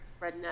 redneck